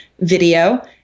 video